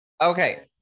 Okay